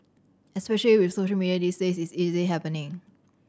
especially with social media these days is easily happening